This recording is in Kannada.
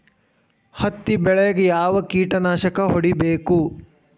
ಹತ್ತಿ ಬೆಳೇಗ್ ಯಾವ್ ಕೇಟನಾಶಕ ಹೋಡಿಬೇಕು?